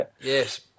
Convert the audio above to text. Yes